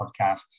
podcasts